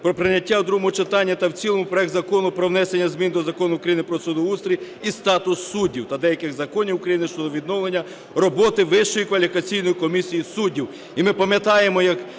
про прийняття у другому читанні та в цілому проекту Закону про внесення змін до Закону України "Про судоустрій і статус суддів" та деяких законів України щодо відновлення роботи Вищої кваліфікаційної комісії суддів.